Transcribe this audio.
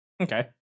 Okay